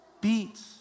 beats